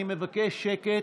שקט,